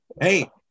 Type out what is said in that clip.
hey